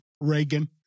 Reagan